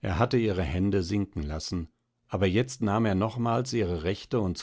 er hatte ihre hände sinken lassen aber jetzt nahm er nochmals ihre rechte und